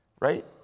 Right